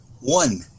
One